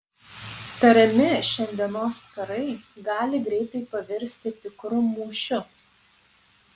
tariami šiandienos karai gali greitai pavirsti tikru mūšiu